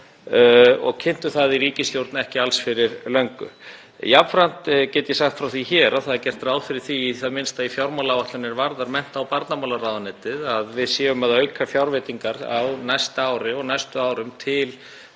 Við kynntum það í ríkisstjórn ekki alls fyrir löngu. Jafnframt get ég sagt frá því hér að gert er ráð fyrir því, í það minnsta í fjármálaáætlun er varðar mennta- og barnamálaráðuneytið, að við aukum fjárveitingar á næsta ári og næstu árum til